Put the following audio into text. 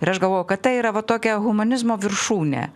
ir aš galvoju kad tai yra va tokia humanizmo viršūnė